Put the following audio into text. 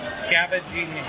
scavenging